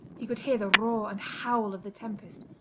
he could hear the roar and howl of the tempest,